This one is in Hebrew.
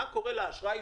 מה קורה לאשראי,